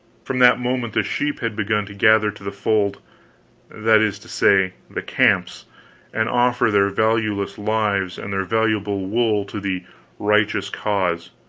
from that moment the sheep had begun to gather to the fold that is to say, the camps and offer their valueless lives and their valuable wool to the righteous cause.